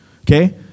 okay